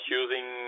using